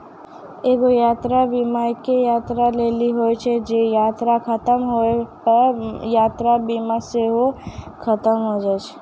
एगो यात्रा बीमा एक्के यात्रा लेली होय छै जे की यात्रा खतम होय पे यात्रा बीमा सेहो खतम होय जाय छै